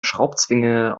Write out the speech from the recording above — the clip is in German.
schraubzwinge